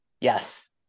Yes